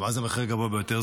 מה זה המחיר הגבוה ביותר?